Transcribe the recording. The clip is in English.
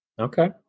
Okay